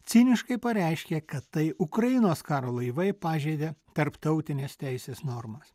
ciniškai pareiškė kad tai ukrainos karo laivai pažeidė tarptautinės teisės normas